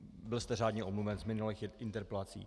Byl jste řádně omluven z minulých interpelací.